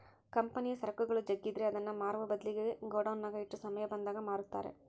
ಕಂಪನಿಯ ಸರಕುಗಳು ಜಗ್ಗಿದ್ರೆ ಅದನ್ನ ಮಾರುವ ಬದ್ಲಿಗೆ ಗೋಡೌನ್ನಗ ಇಟ್ಟು ಸಮಯ ಬಂದಾಗ ಮಾರುತ್ತಾರೆ